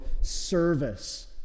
service